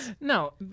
no